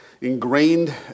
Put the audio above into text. ingrained